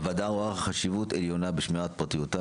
הוועדה רואה חשיבות עליונה בשמירת פרטיותם